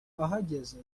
ahageze